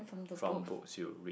from books you read